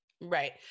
Right